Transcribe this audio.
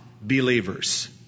believers